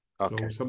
Okay